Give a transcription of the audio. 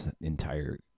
entire